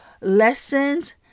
lessons